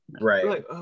right